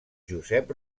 josep